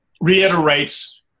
reiterates